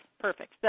Perfect